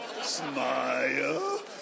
Smile